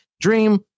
Dream